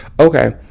Okay